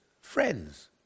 friends